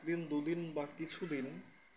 একদিন দুদিন বা কিছুদিন